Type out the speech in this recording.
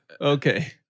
Okay